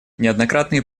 неоднократные